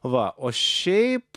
va o šiaip